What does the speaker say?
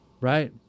Right